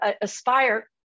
Aspire